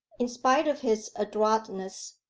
in spite of his adroitness,